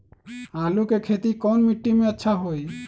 आलु के खेती कौन मिट्टी में अच्छा होइ?